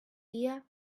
dia